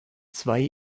zwei